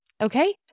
Okay